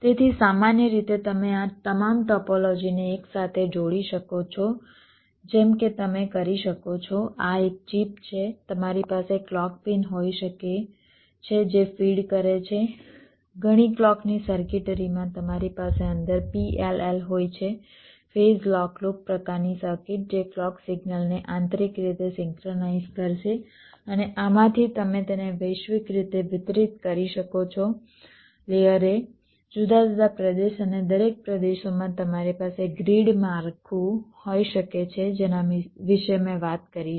તેથી સામાન્ય રીતે તમે આ તમામ ટોપોલોજીને એકસાથે જોડી શકો છો જેમ કે તમે કરી શકો છો આ એક ચિપ છે તમારી પાસે ક્લૉક પિન હોઈ શકે છે જે ફીડ કરે છે ઘણી ક્લૉકની સર્કિટરી માં તમારી પાસે અંદર PLL હોય છે ફેઝ લોક લૂપ પ્રકારની સર્કિટ જે ક્લૉક સિગ્નલને આંતરિક રીતે સિંક્રનાઇઝ કરશે અને આમાંથી તમે તેને વૈશ્વિક રીતે વિતરિત કરી શકો છો લેયરે જુદા જુદા પ્રદેશ અને દરેક પ્રદેશોમાં તમારી પાસે ગ્રીડ માળખું હોઈ શકે છે જેના વિશે મેં વાત કરી છે